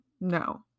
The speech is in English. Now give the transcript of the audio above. No